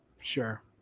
sure